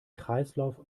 kreislauf